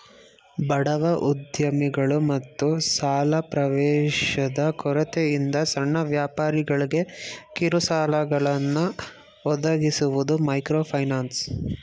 ಬಡವ ಉದ್ಯಮಿಗಳು ಮತ್ತು ಸಾಲ ಪ್ರವೇಶದ ಕೊರತೆಯಿರುವ ಸಣ್ಣ ವ್ಯಾಪಾರಿಗಳ್ಗೆ ಕಿರುಸಾಲಗಳನ್ನ ಒದಗಿಸುವುದು ಮೈಕ್ರೋಫೈನಾನ್ಸ್